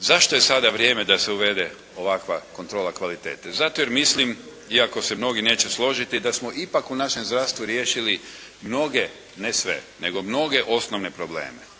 Zašto je sada vrijeme da se uvede ovakva kontrola kvalitete? Zato jer mislim iako se mnogi neće složiti da smo ipak u našem zdravstvu riješili ne sve, nego mnoge osnovne probleme.